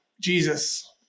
Jesus